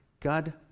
God